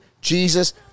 Jesus